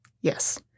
Yes